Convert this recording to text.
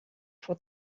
for